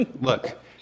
look